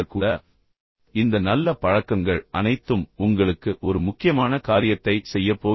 மற்ற முக்கியமான விஷயம் என்னவென்றால் இந்த நல்ல பழக்கங்கள் அனைத்தும் உங்களுக்கு ஒரு முக்கியமான காரியத்தைச் செய்யப் போகின்றன